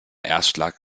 erstschlag